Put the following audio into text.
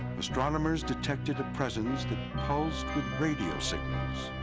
astronomers detected a presence that pulsed with radio signals.